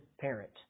parent